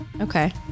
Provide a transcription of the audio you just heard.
Okay